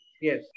Yes